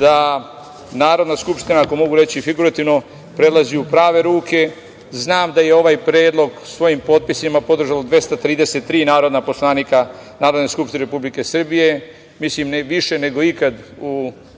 da Narodna skupština, ako mogu reći figurativno, prelazi u prave ruke. Znam da je ovaj predlog svojim potpisima podržalo 233 narodna poslanika Narodne skupštine Republike Srbije, mislim više nego ikad u